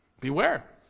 Beware